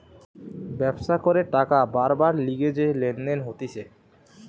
ব্যবসা করে টাকা বারবার লিগে যে লেনদেন হতিছে